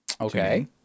Okay